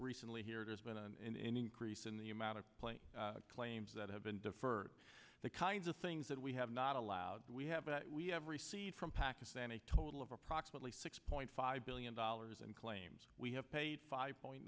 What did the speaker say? recently here there's been an increase in the amount of play claims that have been deferred the kinds of things that we have not allowed we have but we have received from pakistan a total of approximately six point five billion dollars and claims we have paid five point